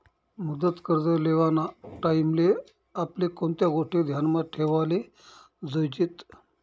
मुदत कर्ज लेवाना टाईमले आपले कोणत्या गोष्टी ध्यानमा ठेवाले जोयजेत